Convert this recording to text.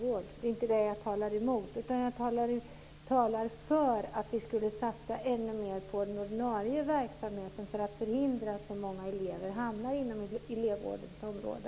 Det är inte det jag talar emot, utan jag talar för att vi ska satsa ännu mer på den ordinarie verksamheten för att förhindra att så många elever hamnar inom elevvårdens område.